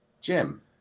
Jim